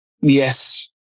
Yes